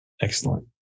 Excellent